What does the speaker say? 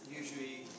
usually